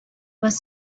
was